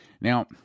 Now